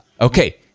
Okay